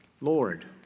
Lord